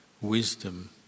wisdom